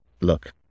Look